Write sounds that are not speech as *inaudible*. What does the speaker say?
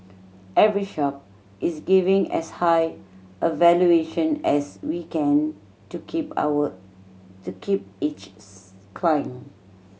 every shop is giving as high a valuation as we can to keep our to keep each *unintelligible* client